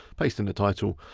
based in the title,